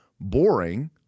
boring